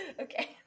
Okay